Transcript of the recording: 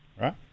Right